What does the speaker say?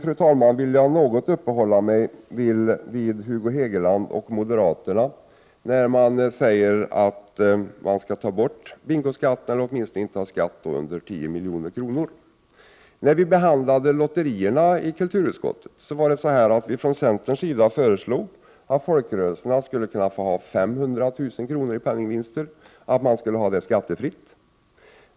Slutligen vill jag uppehålla mig något vid Hugo Hegeland och moderaterna som säger att man bör ta bort bingoskatten eller åtminstone inte ha skatt på penningvinster under 10 milj.kr. När vi behandlade lotterierna i kulturutskottet föreslog vi från centerns sida att folkrörelserna skulle kunna få ha 500 000 kr. i penningvinster och att det skulle vara skattefritt.